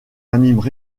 animent